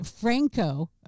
Franco